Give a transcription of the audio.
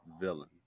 villain